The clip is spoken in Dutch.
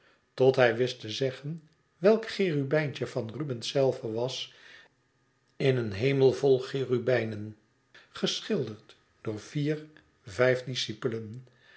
tot hij wist te zeggen welk cherubijntje van rubens zelven was in een hemel vol cherubijnen geschilderd door vier vijf